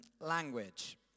language